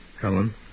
Helen